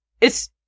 It's-